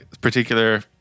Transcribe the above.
particular